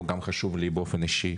הוא גם חשוב לי באופן אישי.